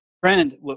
friend